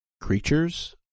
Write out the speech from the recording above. creatures –